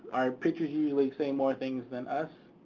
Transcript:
or pictures usually say more things than us.